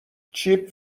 چیپ